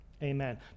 Amen